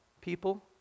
people